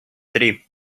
три